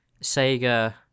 Sega